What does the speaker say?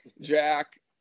Jack